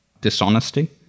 dishonesty